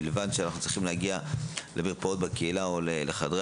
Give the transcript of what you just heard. בלבד שאנחנו צריכים להגיע למרפאות בקהילה או לחדרי